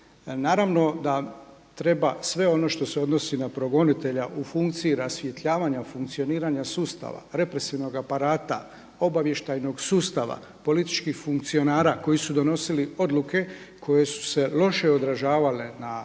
Naravno da treba sve ono što se odnosi na progonitelja u funkciji rasvjetljavanja, funkcioniranja sustava, represivnog aparata, obavještajnog sustava, političkih funkcionara koji su donosili odluke koje su se loše odražavale na same